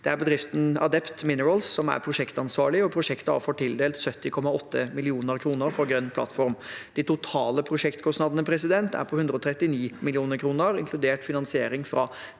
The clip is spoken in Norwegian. der bedriften Adepth Minerals er prosjektansvarlig. Prosjektet har fått tildelt 70,8 mill. kr fra Grønn plattform. De totale prosjektkostnadene er på 139 mill. kr, inkludert finansiering fra